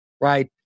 right